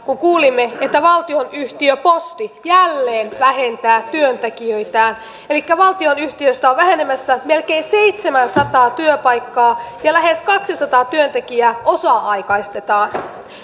kun kuulimme että valtionyhtiö posti jälleen vähentää työntekijöitään elikkä valtionyhtiöstä on vähenemässä melkein seitsemänsataa työpaikkaa ja lähes kaksisataa työntekijää osa aikaistetaan